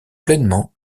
pleinement